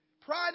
Pride